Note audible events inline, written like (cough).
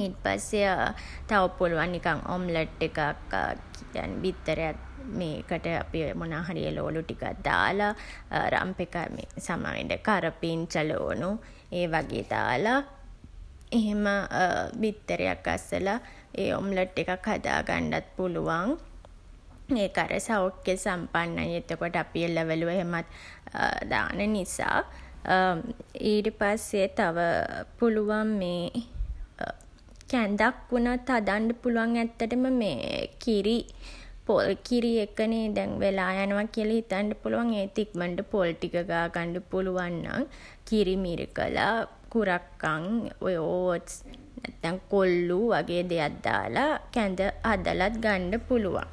ඊට පස්සේ (hesitation) තව පුළුවන් නිකන් ඔම්ලට් එකක් (hesitation) බිත්තරයක් මේකට අපි මොනාහරි එළවලු ටිකක් දාලා, රම්පෙ කරපිංචා සමාවෙන්න කරපිංචා, ළූණු ඒ වගේ දාලා එහෙම (hesitation) බිත්තරයක් ගසලා ඒ ඔම්ලට් එකක් හදාගන්නත් පුළුවන්. ඒක සෞඛ්‍ය සම්පන්නයි එතකොට අපි එළවලු එහෙමත් (hesitation) දාන නිසා. (hesitation) ඊට පස්සේ තව (hesitation) පුළුවන් මේ (hesitation) කැඳක් වුණත් හදන්න පුළුවන් ඇත්තටම මේ (hesitation) කිරි පොල් කිරි එකනේ දැන් වෙලා යනවා කියලා හිතන්න පුළුවන්. ඒත් ඉක්මන්ට පොල් ටික ගාගන්ඩ පුළුවන් නම් කිරි මිරිකලා, කුරක්කන් ඔය ඕට්ස්, නැත්තන් කොල්ලු වගේ දෙයක් දාලා කැඳ හදලත් ගන්ඩ පුළුවන්.